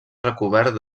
recobert